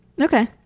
Okay